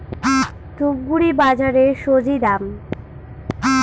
ধূপগুড়ি বাজারের স্বজি দাম?